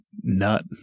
Nut